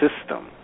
system